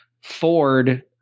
Ford